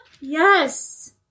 Yes